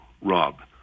Rob